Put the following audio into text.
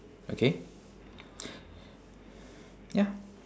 okay ya